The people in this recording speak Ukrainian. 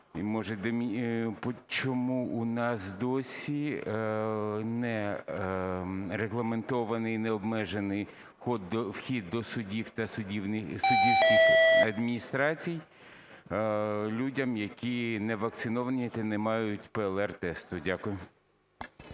уряду. Ч ому у нас досі не регламентований і не обмежений вхід до судів та суддівських адміністрацій людям, які не вакциновані та не мають ПЛР-тесту? Дякую.